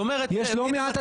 נכון?